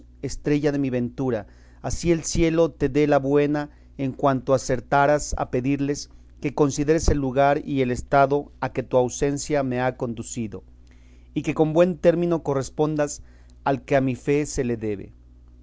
estrella de mi ventura así el cielo te la dé buena en cuanto acertares a pedirle que consideres el lugar y el estado a que tu ausencia me ha conducido y que con buen término correspondas al que a mi fe se le debe